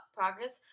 progress